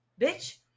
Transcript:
bitch